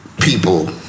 people